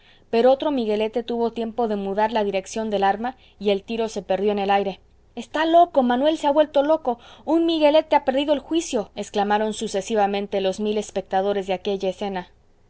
pero otro miguelete tuvo tiempo de mudar la dirección del arma y el tiro se perdió en el aire está loco manuel se ha vuelto loco un miguelete ha perdido el juicio exclamaron sucesivamente los mil espectadores de aquella escena